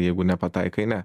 jeigu nepataikai ne